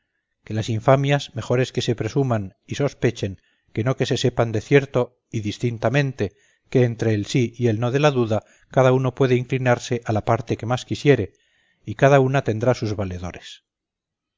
que las infamias mejor es que se presuman y sospechen que no que se sepan de cierto y distintamente que entre el sí y el no de la duda cada uno puede inclinarse a la parte que más quisiere y cada una tendrá sus valedores